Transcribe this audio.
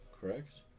correct